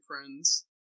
friends